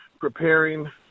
preparing